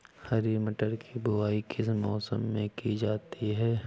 हरी मटर की बुवाई किस मौसम में की जाती है?